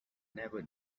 never